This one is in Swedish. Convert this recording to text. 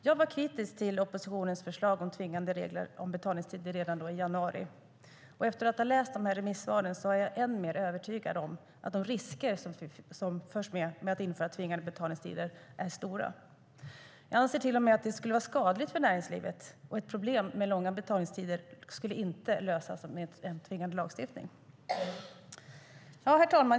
Jag var kritisk till oppositionens förslag om tvingande regler om betalningstider redan i januari, och efter att ha läst remissvaren är jag än mer övertygad om att de risker som finns med att införa tvingande betalningstider är stora. Jag anser till och med att det skulle vara skadligt för näringslivet. Problemet med långa betalningstider skulle inte lösas med tvingande lagstiftning. Herr talman!